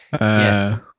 Yes